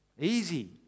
easy